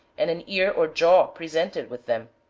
and an ear or jaw presented with them,